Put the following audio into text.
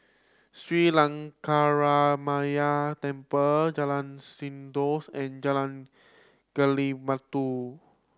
Sri Lankaramaya Temple Jalan Sindors and Jalan Gali Batu